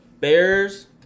Bears